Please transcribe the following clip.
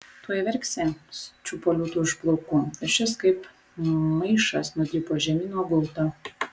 tuoj verksi čiupo liūtui už plaukų ir šis kaip maišas nudribo žemyn nuo gulto